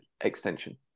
extension